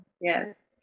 yes